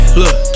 look